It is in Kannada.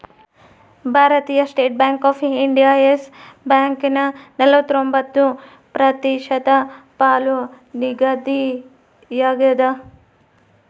ಭಾರತೀಯ state bank of India yes ಬ್ಯಾಂಕನ ನಲವತ್ರೊಂಬತ್ತು ಪ್ರತಿಶತ ಪಾಲು ನಿಗದಿಯಾಗ್ಯದ